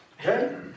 Okay